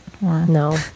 no